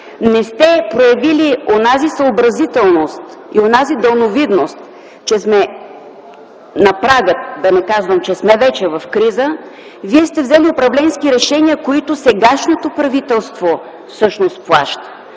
не сте проявили онази съобразителност и далновидност, че сме на прага, да не казвам, че вече сме в криза, а сте взели управленски решения, които сегашното правителство всъщност плаща,